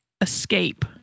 escape